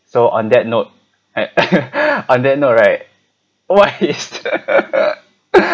so on that note right on that note right what is